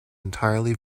entirely